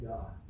God